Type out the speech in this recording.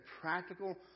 practical